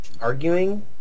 Arguing